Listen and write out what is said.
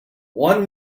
one